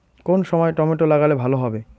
কোন সময় টমেটো লাগালে ভালো হবে?